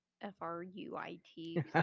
F-R-U-I-T